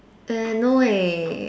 err no eh